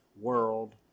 world